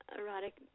erotic